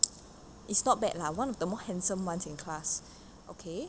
it's not bad lah one of the more handsome ones in class okay